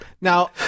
Now